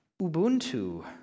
Ubuntu